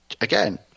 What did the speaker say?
again